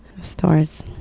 stores